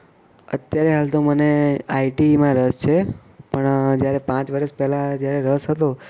અત્યારે હાલ તો મને આઇટીમાં રસ છે પણ જ્યારે પાંચ વરસ પહેલાં જ્યારે રસ હતો